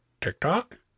TikTok